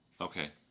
Okay